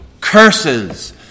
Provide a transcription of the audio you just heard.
curses